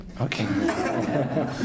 Okay